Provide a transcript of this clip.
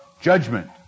judgment